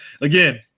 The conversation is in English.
Again